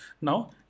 now